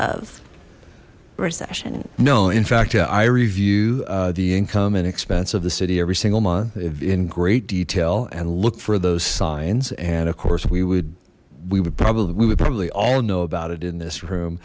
of recession no in fact i review the income and expense of the city every single month in great detail and look for those signs and of course we would we would probably we would probably all know about it in this room